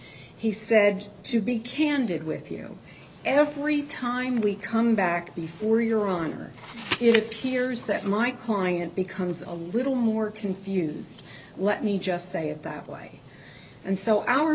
he said to be candid with you every time we come back before your honor it appears that my client becomes a little more confused let me just say it that way and so our